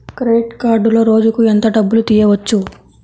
Credit కార్డులో రోజుకు ఎంత డబ్బులు తీయవచ్చు?